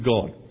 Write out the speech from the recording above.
God